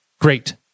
Great